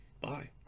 bye